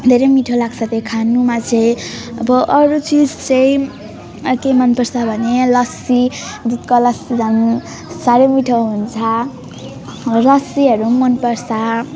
धेरै मिठो लाग्छ त्यो खानुमा चाहिँ अब अरू चिज चाहिँ के मन पर्छ भने लसी दुधको लसी झन् साह्रै मिठो हुन्छ लसीहरू मन पर्छ